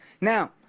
Now